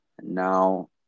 Now